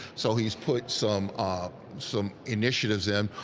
so he is put some um some initiatives in